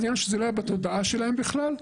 זה עניין שזה לא היה בתודעה שלהן בכלל,